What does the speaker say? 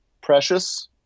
precious